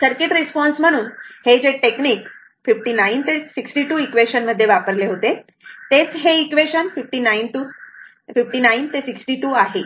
circuit response म्हणून हे जे टेक्निक 59 ते 62 इक्वेशन मध्ये वापरले होते तेच हे इक्वेशन 59 ते 62 आहे